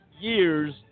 years